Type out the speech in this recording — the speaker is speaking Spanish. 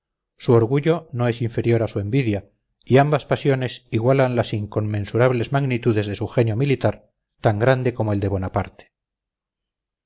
su orgullo no es inferior a su envidia y ambas pasiones igualan las inconmensurables magnitudes de su genio militar tan grande como el de